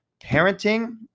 Parenting